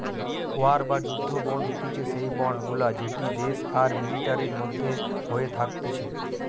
war বা যুদ্ধ bond হতিছে সেই বন্ড গুলা যেটি দেশ আর মিলিটারির মধ্যে হয়ে থাকতিছে